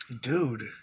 Dude